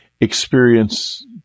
experience